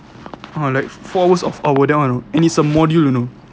ah like four hours of our that one you know and it's a module you know